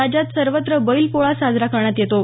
राज्यात सर्वत्र बैल पोळा साजरा करण्यात येतो